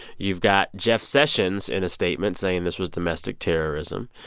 you've got jeff sessions in a statement saying this was domestic terrorism.